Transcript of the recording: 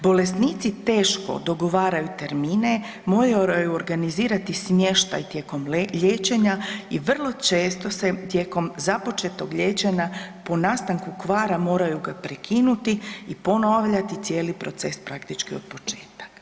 Bolesnici teško dogovaraju termine, moraju organizirati smještaj tijekom liječenja i vrlo često se tijekom započetog liječenja po nastanku kvara moraju ga prekinuti i ponavljati cijeli proces praktički od početka.